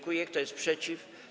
Kto jest przeciw?